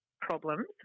problems